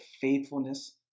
faithfulness